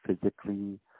physically